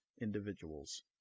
individuals